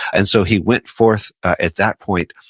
and so, he went forth at that point,